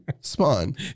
Spawn